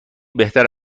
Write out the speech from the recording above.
بهتر